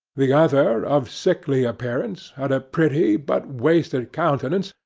the other, of sickly appearance, had a pretty but wasted countenance,